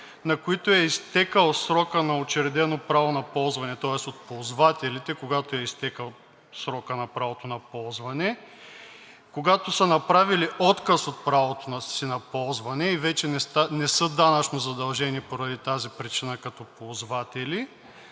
на които е изтекъл срокът на учредено право на ползване, тоест от ползвателите, когато е изтекъл срокът на правото на ползване, когато са направили отказ от правото си на ползване и вече не са данъчно задължени поради тази причина като ползватели,